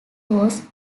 was